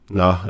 no